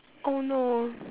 oh no